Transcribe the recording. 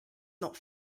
not